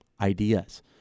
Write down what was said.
ideas